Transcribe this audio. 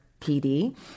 PD